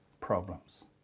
problems